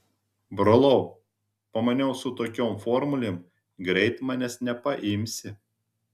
brolau pamaniau su tokiom formulėm greit manęs nepaimsi